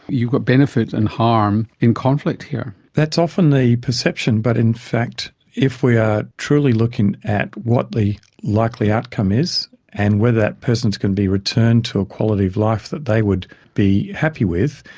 you've got benefit and harm in conflict here. that's often the perception, but in fact if we are truly looking at what the likely outcome is and whether that person is going to be returned to a quality of life that they would be happy with,